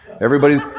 Everybody's